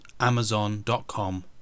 Amazon.com